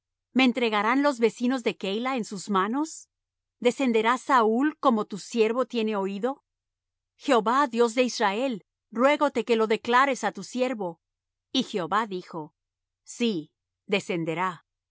me entregarán los vecinos de keila en sus manos descenderá saúl como tu siervo tiene oído jehová dios de israel ruégote que lo declares á tu siervo y jehová dijo sí descenderá